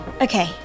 Okay